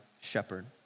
shepherd